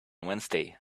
wednesday